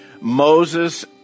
Moses